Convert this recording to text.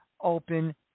Open